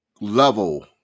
level